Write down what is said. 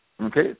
okay